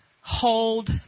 hold